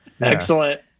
Excellent